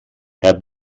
herr